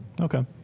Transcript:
Okay